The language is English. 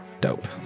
dope